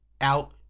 out